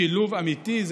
שילוב אמיתי,